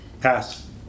Pass